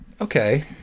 Okay